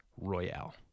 Royale